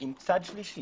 עם צד שלישי